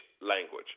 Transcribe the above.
language